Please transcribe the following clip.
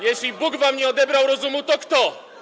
Jeśli Bóg wam nie odebrał rozumu, to kto?